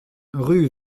rue